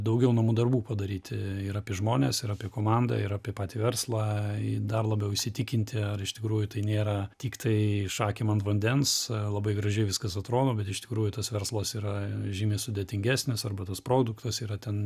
daugiau namų darbų padaryti ir apie žmones ir apie komandą ir apie patį verslą dar labiau įsitikinti ar iš tikrųjų tai nėra tiktai šakėm ant vandens labai gražiai viskas atrodo bet iš tikrųjų tas verslas yra žymiai sudėtingesnis arba tas produktas yra ten